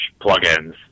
plugins